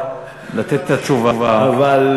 בואו ניתן לסגן השר לתת את התשובה.